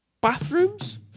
bathrooms